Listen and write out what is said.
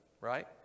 Right